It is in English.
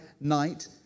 night